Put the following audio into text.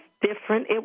different